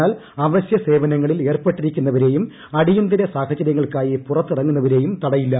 എന്നാൽ അവശൃ സേവനങ്ങളിൽ ഏർപ്പെട്ടിരിക്കുന്നവരെയും അടിയന്തിര സാഹചരൃങ്ങൾക്കായി പുറത്തിറങ്ങുന്നവരെയും തടയില്ല